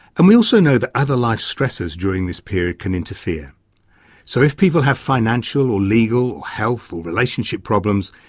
and we also know that other life stressors during this period can interfere so if people have financial, or legal, or health, or relationship problems,